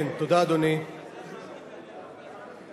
אתה לא יכול לשנות את ההצבעה.